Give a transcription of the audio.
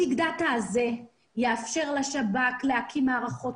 הביג דאטה הזה יאפשר לשב"כ להקים מערכות